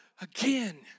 again